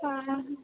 ਹਾਂ